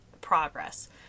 progress